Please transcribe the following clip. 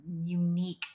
unique